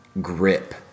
grip